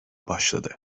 başladı